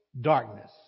darkness